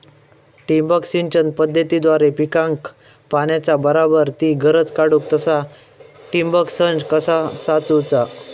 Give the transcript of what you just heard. ठिबक सिंचन पद्धतीद्वारे पिकाक पाण्याचा बराबर ती गरज काडूक तसा ठिबक संच कसा चालवुचा?